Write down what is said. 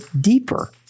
deeper